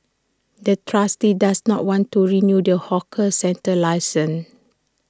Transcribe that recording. the trustee does not want to renew the hawker centre's license